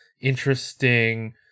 interesting